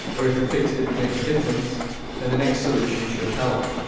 or if the fix didn't make a difference then the next solution should help.